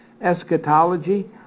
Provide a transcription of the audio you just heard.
eschatology